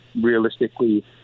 realistically